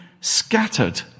scattered